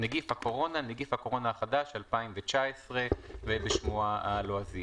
"נגיף הקורונה" נגיף הקורונה החדש 2019 Novel Coronavirus 2019-nCoV)